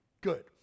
Good